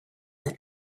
that